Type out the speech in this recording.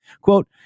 quote